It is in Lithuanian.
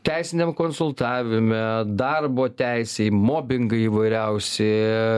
teisiniam konsultavime darbo teisėj mobingai įvairiausi